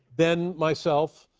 then myself,